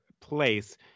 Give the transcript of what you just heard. place